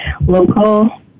local